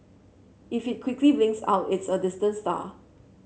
if it quickly blinks out it's a distant star